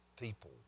people